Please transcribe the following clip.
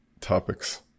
topics